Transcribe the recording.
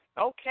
Okay